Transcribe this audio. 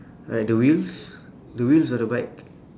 alright the wheels the wheels of the bike